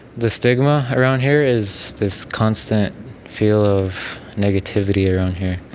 the stigma around here is this constant feel of negativity around here.